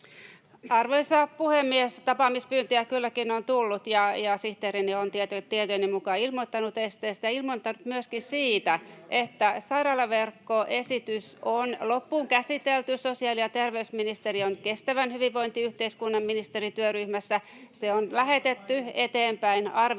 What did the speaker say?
Arvoisa puhemies! Tapaamispyyntöjä kylläkin on tullut, ja sihteerini on tietojeni mukaan ilmoittanut esteestä ja ilmoittanut myöskin siitä, [Keskustan ryhmästä: Aika ylimielinen asenne!] että sairaalaverkkoesitys on loppuun käsitelty sosiaali‑ ja terveysministeriön kestävän hyvinvointiyhteiskunnan ministerityöryhmässä, [Antti Kurvisen